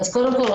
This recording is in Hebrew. קודם כול,